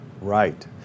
right